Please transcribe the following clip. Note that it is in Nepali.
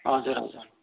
हजुर हजुर